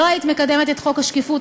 לא היית מקדמת את חוק השקיפות,